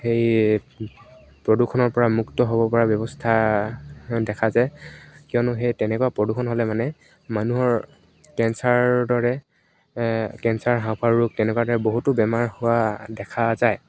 সেই প্ৰদূষণৰ পৰা মুক্ত হ'ব পৰা ব্যৱস্থা দেখা যায় কিয়নো সেই তেনেকুৱা প্ৰদূষণ হ'লে মানে মানুহৰ কেঞ্চাৰৰ দৰে কেঞ্চাৰ হাঁহাৰ ৰোগ তেনেকুৱা দৰে বহুতো বেমাৰ হোৱা দেখা যায়